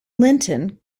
linton